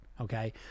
Okay